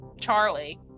charlie